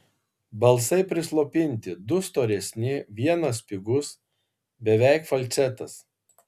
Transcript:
balsai prislopinti du storesni vienas spigus beveik falcetas